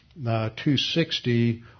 260